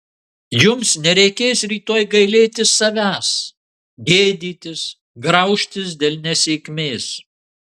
jums nereikės rytoj gailėtis savęs gėdytis graužtis dėl nesėkmės